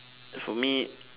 for me